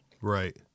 Right